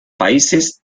países